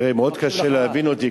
תראה, מאוד קשה להבין אותי.